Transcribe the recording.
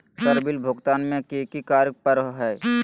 Sir bill भुगतान में की की कार्य पर हहै?